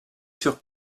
sur